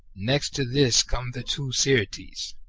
next to this come the two syrtes,